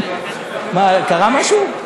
מה, קרה משהו?